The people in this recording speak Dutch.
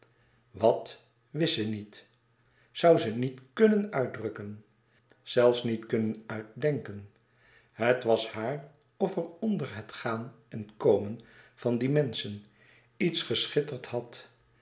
wat wist ze niet zoû ze niet knnen uitdrukken zelfs niet kunnen uitdènken het was haar of er onder het gaan en komen van die menschen iets geschitterd had